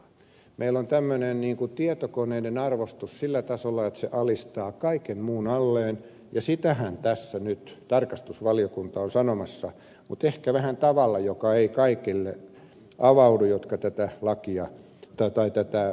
meillä on tämmöinen tietokoneiden arvostus sillä tasolla että se alistaa kaiken muun alleen ja sitähän tässä nyt tarkastusvaliokunta on sanomassa mutta ehkä vähän tavalla joka ei kaikille avaudu jotka tätä mietintöä lukevat